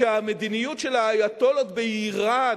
שהמדיניות של האייטולות באירן,